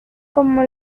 como